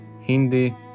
Hindi